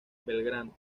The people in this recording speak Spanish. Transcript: belgrano